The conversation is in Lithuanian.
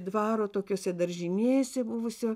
dvaro tokiose daržinėse buvusio